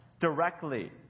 directly